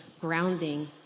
grounding